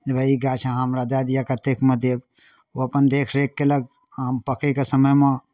जे भाय ई गाछ अहाँ हमरा दए दिअ कतेकमे देब ओ अपन देखेरख कयलक आम पकयके समयमे